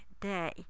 Day